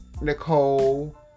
Nicole